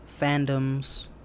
fandoms